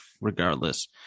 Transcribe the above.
regardless